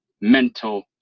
mental